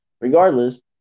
Regardless